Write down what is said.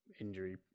injury